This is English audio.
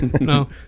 no